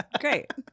great